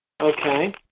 Okay